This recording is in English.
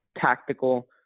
tactical